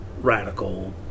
radical